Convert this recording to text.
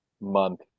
month